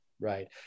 right